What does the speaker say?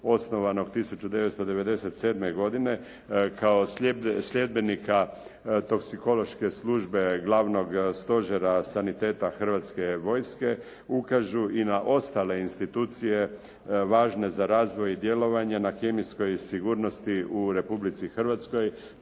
osnovanog 1997. godine kao sljedbenika toksikološke službe glavnog stožera saniteta Hrvatske vojske ukažu i na ostale institucije važne za razvoj i djelovanje na kemijskoj sigurnosti u Republici Hrvatskoj,